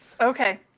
Okay